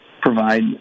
provide